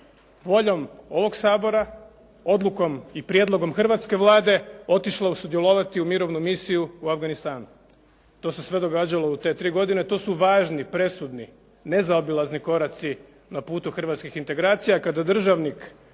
voljom ovog Sabora, odlukom i prijedlogom hrvatske Vlade otišla sudjelovati u mirovnu misiju u Afganistan. To se sve događalo u te tri godine. To su važni, presudni, nezaobilazni koraci na putu hrvatskih integracija kada državnik